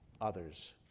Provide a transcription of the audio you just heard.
others